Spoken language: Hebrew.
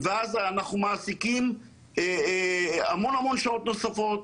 ואז אנחנו מעסיקים המון שעות נוספות,